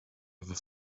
other